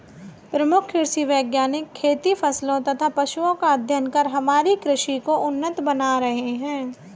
प्रमुख कृषि वैज्ञानिक खेती फसलों तथा पशुओं का अध्ययन कर हमारी कृषि को उन्नत बना रहे हैं